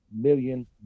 million